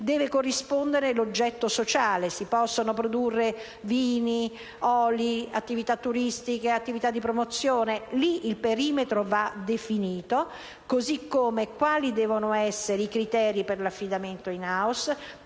deve corrispondere l'oggetto sociale: si possono produrre vini, olii, attività turistica e di promozione? Lì il perimetro va definito. Allo stesso modo quali devono essere i criteri per l'affidamento *in house*?